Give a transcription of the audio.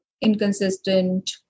inconsistent